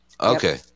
okay